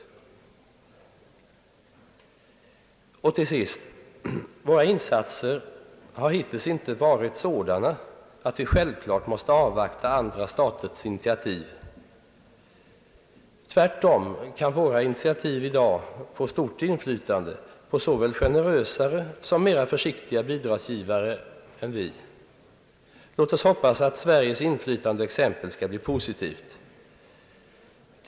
Jag vill till sist framhålla att våra insatser hittills inte har varit sådana att vi självklart måste avvakta andra staters initiativ. Tvärtom kan våra initiativ i dag få stort inflytande på såväl generösare som mer försiktiga bidragsgivare än vi. Låt oss hoppas att Sveriges hjälpinsats skall ha en positiv verkan.